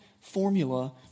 formula